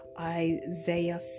Isaiah